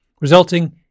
resulting